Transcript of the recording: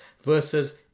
versus